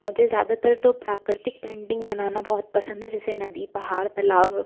मुझे ज़्यादातर तो प्राकृतिक पेंटिंग बनाना बहुत पसंद है जैसे नदी पहाड़ तलाब